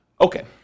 Okay